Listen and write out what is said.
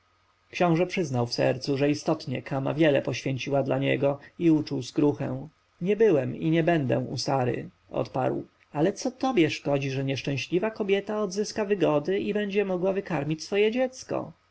książę przyznał w sercu że istotnie kama wiele poświęciła dla niego i uczuł skruchę nie byłem i nie będę u sary odparł ale co tobie szkodzi że nieszczęśliwa kobieta odzyska wygody i będzie mogła wykarmić swoje dziecko